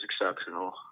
exceptional